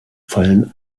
fallen